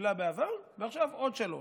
קיבלה בעבר ועכשיו עוד שלוש.